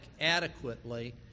adequately